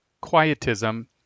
quietism